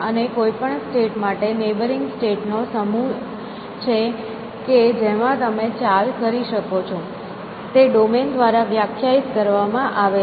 અને કોઈપણ સ્ટેટ માટે નેબરિંગ સ્ટેટ નો સમૂહ છે કે જેમાં તમે ચાલ કરી શકો છો તે ડોમેન દ્વારા વ્યાખ્યાયિત કરવામાં આવે છે